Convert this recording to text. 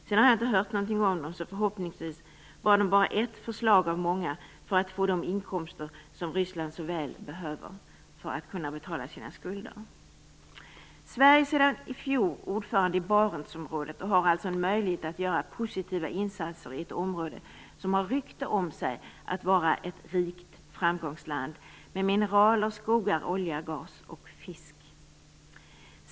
Sedan har jag inte hört något om detta, så förhoppningsvis var det bara ett förslag av många för att få de inkomster som Ryssland så väl behöver för att kunna betala sin skulder. Sverige är sedan i fjol ordförande i Barentsrådet och har alltså en möjlighet att göra positiva insatser i ett område som har rykte om sig att vara ett rikt framgångsland med mineraler, skogar, olja, gas och fisk.